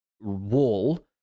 wall